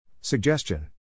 Suggestion